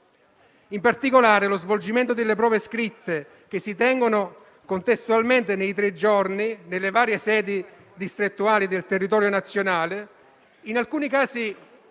In particolare, lo svolgimento delle prove scritte, che si tengono contestualmente nei tre giorni, nelle varie sedi distrettuali del territorio nazionale, in alcuni casi